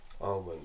Almond